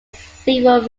several